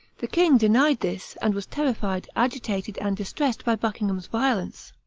the king denied this, and was terrified, agitated, and distressed by buckingham's violence.